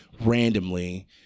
randomly